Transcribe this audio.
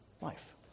life